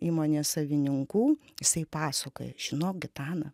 įmonės savininkų jisai pasakoja žinok gitana